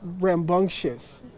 rambunctious